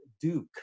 duke